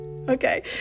Okay